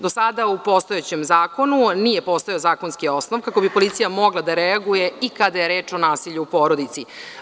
Do sada u postojećem Zakonu nije postojao zakonski osnov kako bi policija mogla da reaguje i kada je reč o nasilju u porodici.